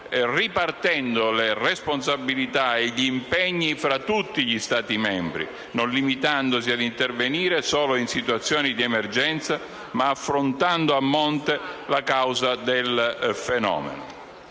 ripartendo le responsabilità e gli impegni tra tutti gli Stati membri, non limitandosi ad intervenire solo in situazioni di emergenza ma affrontando a monte la causa del fenomeno.